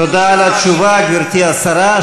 תודה על התשובה, גברתי השרה.